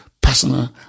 personal